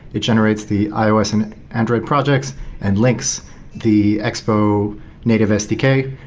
it generates the ios and android projects and links the expo native sdk,